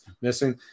missing –